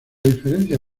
diferencia